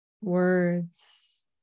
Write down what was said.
Words